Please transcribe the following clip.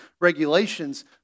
regulations